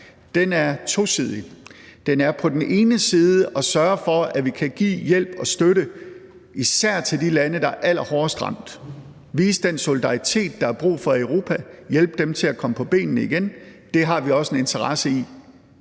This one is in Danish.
her er tosidet. På den ene side skal vi sørge for, at vi kan give hjælp og støtte især til de lande, der er allerhårdest ramt, vise den solidaritet, der er brug for i Europa, og hjælpe dem til at komme på benene igen. Det har vi også en interesse i